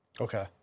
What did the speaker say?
Okay